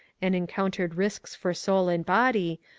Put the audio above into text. and encountered risks for soul and body,